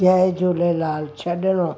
जय झूलेलाल छॾणु